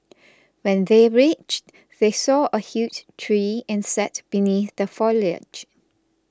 when they reached they saw a huge tree and sat beneath the foliage